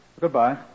Goodbye